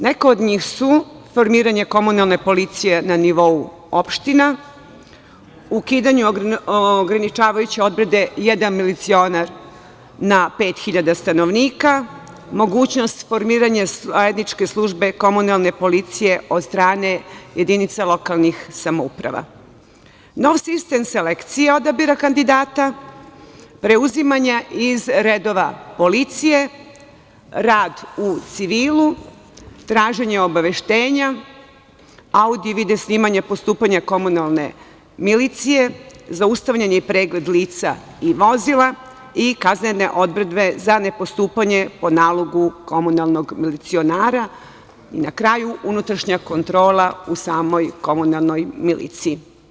Neka od njih su formiranje komunalne policije na nivou opština, ukidanje ograničavajuće odredbe jedan milicionar na 5.000 stanovnika, mogućnost formiranja zajedničke službe komunalne policije od strane jedinice lokalnih samouprava, nov sistem selekcije odabira kandidata preuzimanja iz redova policije, rad u civilu, traženje obaveštenja, audio i video snimanja postupanja komunalne milicije, zaustavljanje i pregled lica i vozila i kaznene odredbe za ne postupanje po nalogu komunalnog milicionara i, na kraju, unutrašnja kontrola u samoj komunalnoj miliciji.